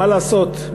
מה לעשות,